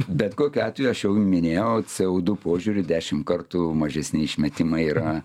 bet kokiu atveju aš jau minėjau c o du požiūriu dešim kartų mažesni išmetimai yra